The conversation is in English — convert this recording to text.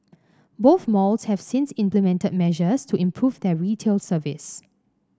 both malls have since implemented measures to improve their retail service